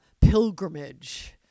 pilgrimage